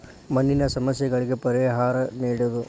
ಮಣ್ಣಿನ ಸಮಸ್ಯೆಗೆ ಪರಿಹಾರಾ ನೇಡುದು